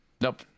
Nope